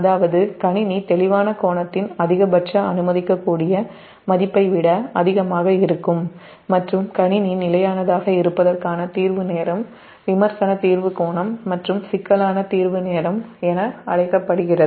அதாவது கணினி தெளிவான கோணத்தின் அதிகபட்ச அனுமதிக்கக்கூடிய மதிப்பை விட அதிகமாக இருக்கும் மற்றும் கணினி நிலையானதாக இருப்பதற்கான தீர்வு நேரம் விமர்சன தீர்வு கோணம் மற்றும் சிக்கலான தீர்வு நேரம் என அழைக்கப்படுகிறது